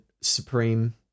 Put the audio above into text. supreme